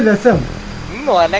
and sell more